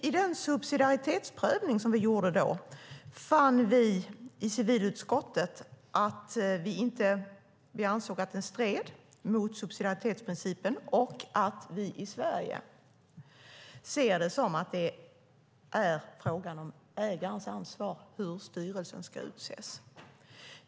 I den subsidiaritetsprövning som vi gjorde då fann vi i civilutskottet att det stred mot subsidiaritetsprincipen och att vi i Sverige ser det som att det är ägarens ansvar hur styrelsen ska utses.